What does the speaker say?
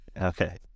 Okay